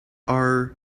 are